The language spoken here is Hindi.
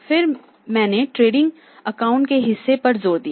और फिर मैंने ट्रेडिंग अकाउंट के हिस्से पर जोर दिया